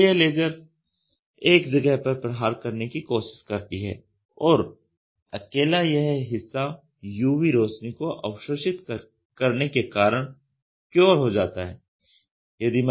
तो यह लेज़र एक जगह पर प्रहार करने की कोशिश करती है और अकेला यह हिस्सा UV रोशनी को अवशोषित करने के कारण क्योर हो जाता है